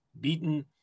beaten